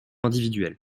individuelle